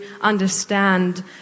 understand